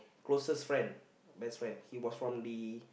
closest friend best friend he was from the